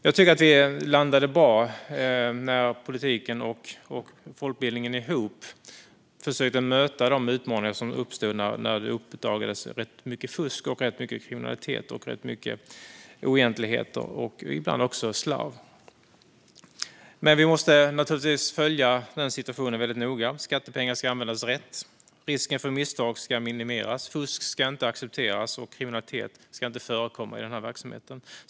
Jag tycker att vi landade bra när politiken och folkbildningen tillsammans försökte möta de utmaningar som uppstod när rätt mycket fusk, kriminalitet, oegentligheter och ibland också slarv uppdagades. Men vi måste naturligtvis följa situationen väldigt noga. Skattepengar ska användas rätt. Risken för misstag ska minimeras. Fusk ska inte accepteras. Och kriminalitet ska inte förekomma i den här verksamheten.